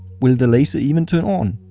will the laser even turn on?